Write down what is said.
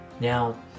Now